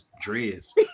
dreads